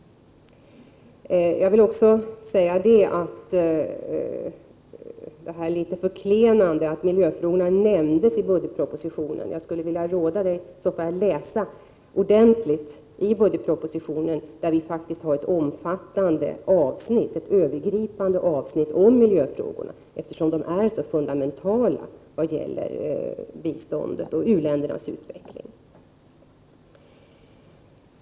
Jag vill också säga att man uttrycker sig litet förklenande när man säger att miljöfrågorna nämns i budgetpropositionen. Jag skulle vilja råda till en ordentlig läsning av budgetpropositionen. Vi har där faktiskt ett stort övergripande avsnitt om miljöfrågorna, eftersom dessa är så fundamentala när det gäller biståndet till u-länderna och deras utveckling.